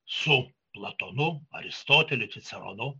su platonu aristoteliu ciceronu